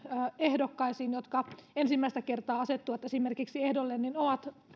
ehdokkaisiin jotka esimerkiksi ensimmäistä kertaa asettuvat ehdolle ovat